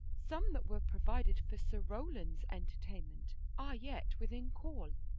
some that were provided for sir rowland's entertainment are yet within call.